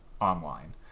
online